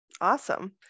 Awesome